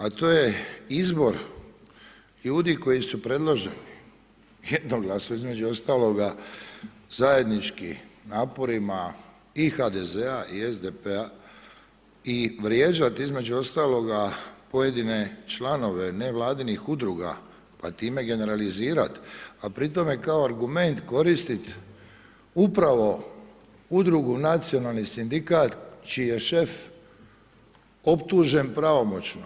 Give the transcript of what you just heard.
A to je izbor ljudi koji su predloženi, jednoglasno između ostaloga zajedničkim naporima i HDZ-a i SDP-a i vrijeđati između ostaloga, pojedine članove nevladinih udruga, a time generalizirat, a pri tome kao argument koristit upravo udrugu nacionalni sindikat čiji je šef optužen pravomoćno,